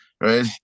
right